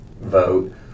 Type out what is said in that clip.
vote